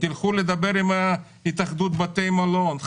תלכו לדבר עם התאחדות בתי המלון,